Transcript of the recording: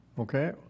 okay